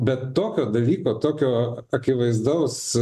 bet tokio dalyko tokio akivaizdaus